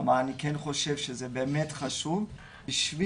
אבל אני כן חושב שזה באמת חשוב בשביל